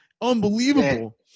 Unbelievable